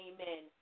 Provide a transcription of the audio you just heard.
Amen